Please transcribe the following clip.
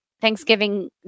Thanksgiving